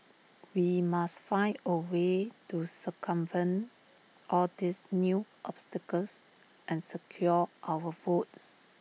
we must find A way to circumvent all these new obstacles and secure our votes